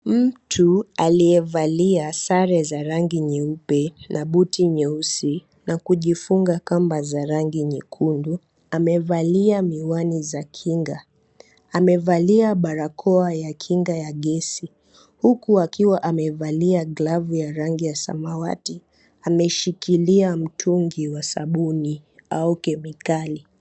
Mtu aliyevalia sare za rangi nyeupe, kabuti nyeusi na kujifunga kamba za rangi nyekundu, amevalia miwani za kinga, amevalia barakoa ya kinga ya gesi huku akiwa amevalia glavu ya rangi ya samawati ameshikilia mitungi wa sabuni au kemikali.